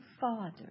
Father